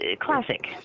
classic